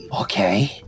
Okay